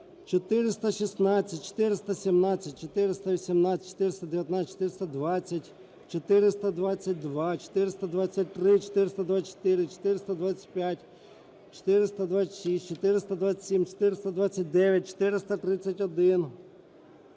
416, 417, 418, 419, 420, 422, 423, 424, 425, 426, 427, 429, 431,